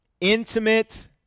intimate